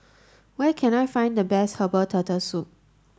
where can I find the best herbal turtle soup